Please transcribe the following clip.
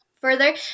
further